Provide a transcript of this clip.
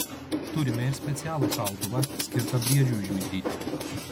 turime ir specialų šautuvą skirtą briedžiui užmigdyti